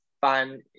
fun